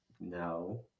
No